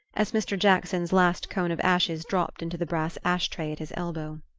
as mr. jackson's last cone of ashes dropped into the brass ashtray at his elbow.